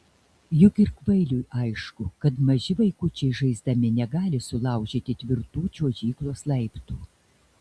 juk ir kvailiui aišku kad maži vaikučiai žaisdami negali sulaužyti tvirtų čiuožyklos laiptų